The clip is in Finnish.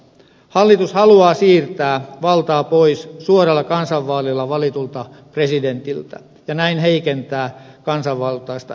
hallitus haluaa siirtää valtaa pois suoralla kansanvaalilla valitulta presidentiltä ja näin heikentää kansanvaltaista järjestelmäämme